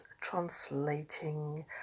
translating